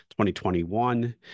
2021